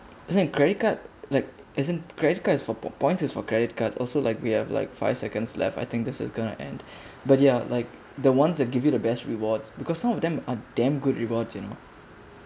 as in credit card like as in credit card is for points is for credit card also like we have like five seconds left I think this is going to end but ya or like the ones that give you the best rewards because some of them are damn good rewards you know